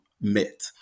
met